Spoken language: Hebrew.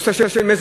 נושא של מזונות,